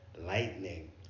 lightning